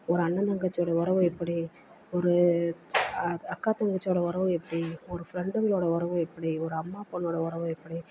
ஒரு அண்ணன் தங்கச்சியோட உறவு எப்படி ஒரு அக் அக்கா தங்கச்சியோட உறவு எப்படி ஒரு ஃப்ரெண்டுங்களோட உறவு எப்படி ஒரு அம்மா பொண்ணோடய உறவு எப்படி